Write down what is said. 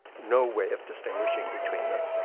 no way of distinguishing between them.